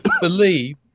believe